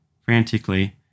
frantically